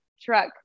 truck